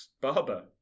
Barber